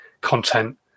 content